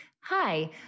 hi